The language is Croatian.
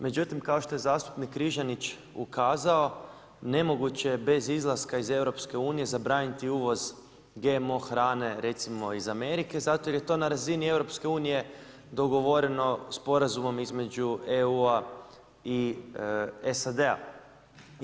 Međutim, kao što je zastupnik Križanić ukazao, nemoguće je bez izlaska iz EU zabraniti uvoz GMO hrane recimo iz Amerike zato jer je to na razini EU dogovoreno sporazumom između EU i SAD-a.